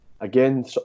again